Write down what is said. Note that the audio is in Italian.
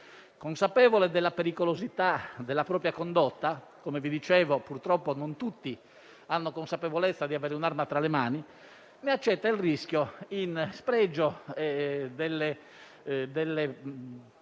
consapevole della pericolosità della propria condotta (come vi dicevo, purtroppo non tutti hanno consapevolezza di avere tra le mani un'arma), ne accetta il rischio in spregio delle pressoché